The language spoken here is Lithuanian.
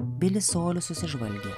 bilis su oliu susižvalgė